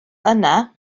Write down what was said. yna